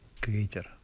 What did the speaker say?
creator